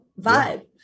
vibe